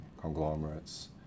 conglomerates